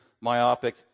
myopic